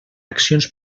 accions